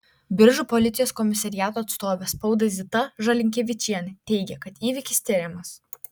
biržų policijos komisariato atstovė spaudai zita žalinkevičienė teigė kad įvykis tiriamas